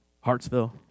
Hartsville